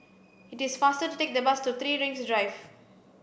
it is faster to take the bus to Three Rings Drive